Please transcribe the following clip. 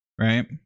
right